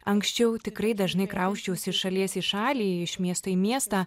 anksčiau tikrai dažnai krausčiausi iš šalies į šalį iš miesto į miestą